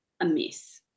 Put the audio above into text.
amiss